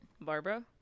Barbara